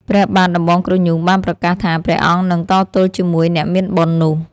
ព្រះបាទដំបងក្រញូងបានប្រកាសថា ព្រះអង្គនឹងតទល់ជាមួយអ្នកមានបុណ្យនោះ ។